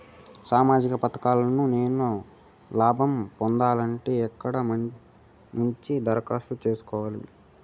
సామాజిక పథకాలను నేను లాభం పొందాలంటే ఎక్కడ నుంచి దరఖాస్తు సేసుకోవాలి?